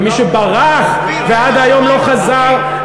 ומי שברח ועד היום לא חזר,